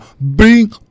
bring